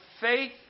faith